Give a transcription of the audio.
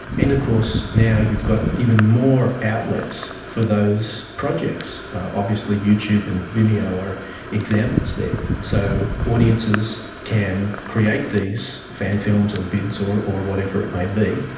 and of course now you've got even more outlets for those projects. obviously youtube and vimeo are examples there. so audiences can create these fan films or vids or or whatever it may be,